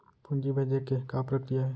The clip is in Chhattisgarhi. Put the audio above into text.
पूंजी भेजे के का प्रक्रिया हे?